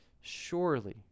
Surely